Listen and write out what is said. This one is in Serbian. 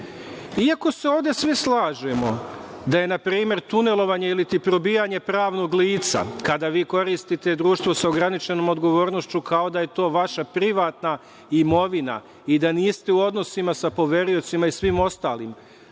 se ovde svi slažemo da je na primer tunelovanje ili ti probijanje pravnog lica kada vi koristite društvo sa ograničenom odgovornošću kao da je to vaša privatna imovina i da niste u odnosima sa poveriocima i svim ostalim,